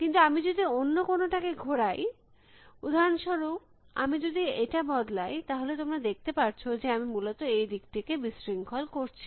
কিন্তু আমি যদি অন্য কোনটাকে ঘোরাই উদাহরণস্বরূপ আমি যদি এটা বদলাই তাহলে তোমরা দেখতে পারছ যে আমি মূলত এই দিকটিকে বিশৃঙ্খল করছি